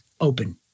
open